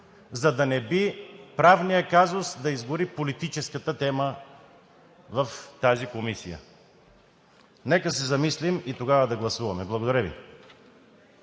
за да не би правният казус да изгори политическата тема в тази комисия. Нека се замислим и тогава да гласуваме. Благодаря Ви.